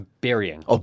burying